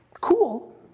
Cool